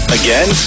again